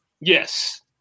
Yes